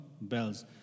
bells